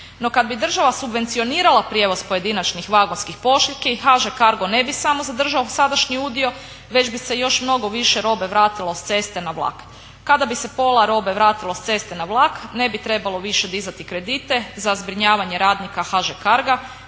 No, kad bi država subvencionirala prijevoz pojedinačnih vagonskih pošiljki HŽ Cargo ne bi samo zadržao sadašnji udio već bi se još mnogo više robe vratilo sa ceste na vlak. Kada bi se pola robe vratilo sa ceste na vlak ne bi trebalo više dizati kredite za zbrinjavanje radnika HŽ Carga,